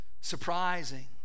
surprising